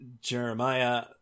Jeremiah